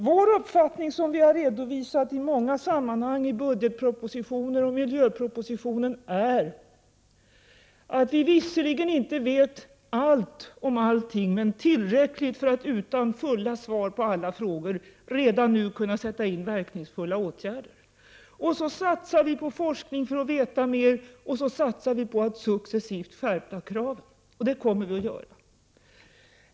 Vår uppfattning, som vi har redovisat i många sammanhang i budgetpropositioner och miljöpropositioner, är att vi visserligen inte vet allt om allting men att vi vet tillräckligt för att utan kompletta svar på alla frågor redan nu kunna sätta in verkningsfulla åtgärder. Vi satsar på forskning för att få veta mer och vi satsar på att successivt skärpa kraven. Det kommer vi att göra.